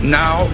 now